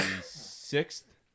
sixth